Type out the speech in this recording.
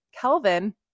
Kelvin